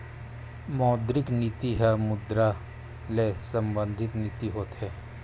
मौद्रिक नीति ह मुद्रा ले संबंधित नीति होथे